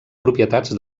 propietats